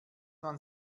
man